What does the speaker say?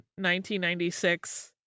1996